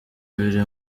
biri